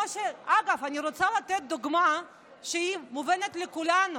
לכבד את כולם: